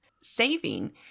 Saving